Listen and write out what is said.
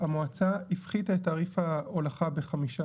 המועצה הפחיתה את תעריף ההולכה ב-5%.